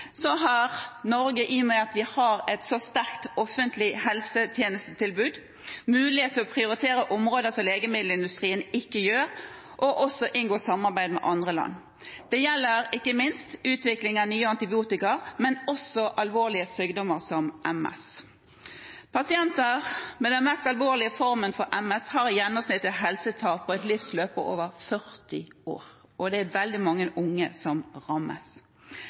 så sterkt offentlig helsetjenestetilbud, mulighet til å prioritere områder som legemiddelindustrien ikke gjør, og også inngå samarbeid med andre land. Det gjelder ikke minst utviklingen av ny antibiotika, og også alvorlige sykdommer som MS. Pasienter med den mest alvorlige formen for MS har i gjennomsnitt et helsetap over et livsløp på mer enn 40 år, og det er veldig mange unge som rammes.